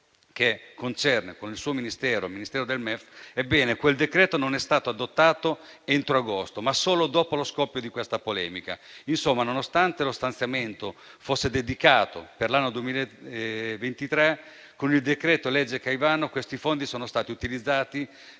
che concerne il suo Ministero e il Ministero dell'economia e delle finanze. Ebbene, quel decreto non è stato adottato entro agosto, ma solo dopo lo scoppio di questa polemica. Insomma, nonostante lo stanziamento fosse dedicato per l'anno 2023, con il decreto-legge Caivano i fondi sono stati utilizzati